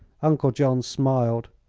uncle john smiled.